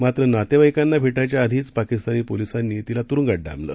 मात्रनातेवाईकांनाभेटायच्याआधीचपाकिस्तानीपोलिसांनीतिलातुरूंगातडांबलं